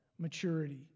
Maturity